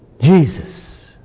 Jesus